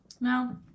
No